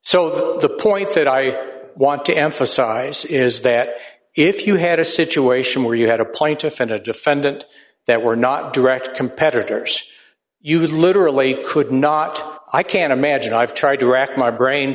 so the point that i want to emphasize is that if you had a situation where you had a plaintiff and a defendant that were not direct competitors you could literally could not i can imagine i've tried to rack my brain